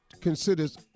considers